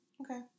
Okay